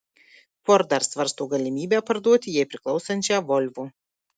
ford dar svarsto galimybę parduoti jai priklausančią volvo